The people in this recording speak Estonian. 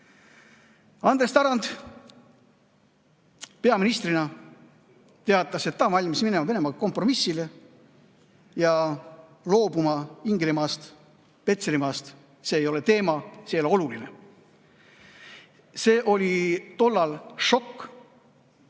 Andres Tarand peaministrina teatas, et ta on valmis minema Venemaaga kompromissile ja loobuma Ingerimaast ja Petserimaast. See ei ole teema, see ei ole oluline. See oli tollal šokk.